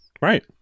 Right